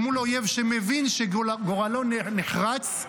מול אויב שמבין שגורלו נחרץ,